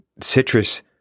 citrus